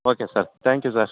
okay sir thank you sir